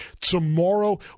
tomorrow